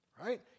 Right